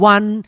One